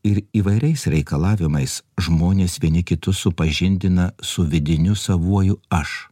ir įvairiais reikalavimais žmonės vieni kitus supažindina su vidiniu savuoju aš